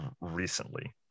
recently